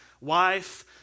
Wife